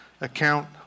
account